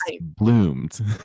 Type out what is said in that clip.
bloomed